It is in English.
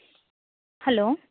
hello